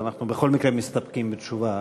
אז אנחנו בכל מקרה מסתפקים בתשובה.